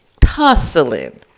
Tussling